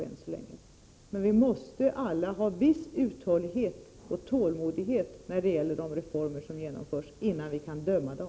När det gäller de reformer som genomförs måste vi alla ha viss uthållighet och tålmodighet innan vi kan döma dem.